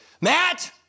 Matt